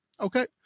Okay